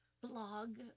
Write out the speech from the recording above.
blog